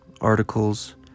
articles